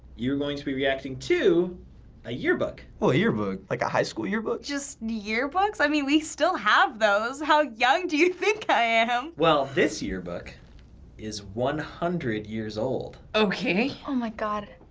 you're going to be reacting to a yearbook. oh, a yearbook. like a high school yearbook? just yearbooks? i mean, we still have those. how young do you think i am? well, this yearbook is one hundred years old. okay. oh my god,